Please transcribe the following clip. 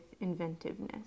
inventiveness